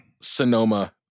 Sonoma